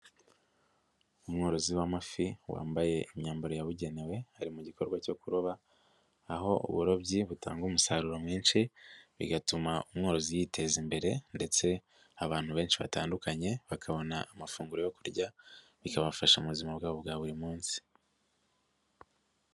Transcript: Umworozi w'amafi wambaye imyambaro yabugenewe, ari mu gikorwa cyo kuroba, aho uburobyi butanga umusaruro mwinshi bigatuma umworozi yiteza imbere ndetse abantu benshi batandukanye bakabona amafunguro yo kurya, bikabafasha mu buzima bwabo bwa buri munsi.